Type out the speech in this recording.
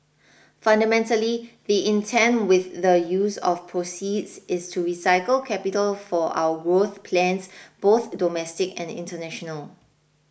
fundamentally the intent with the use of proceeds is to recycle capital for our growth plans both domestic and international